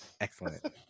Excellent